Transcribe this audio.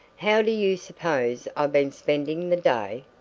how do you suppose i've been spending the day?